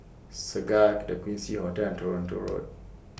Segar The Quincy Hotel and Toronto Road